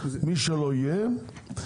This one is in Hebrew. מי שלא יהיה.